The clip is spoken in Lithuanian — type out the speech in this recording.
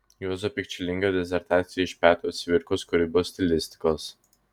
juozo pikčilingio disertacija iš petro cvirkos kūrybos stilistikos